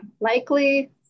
likely